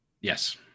Yes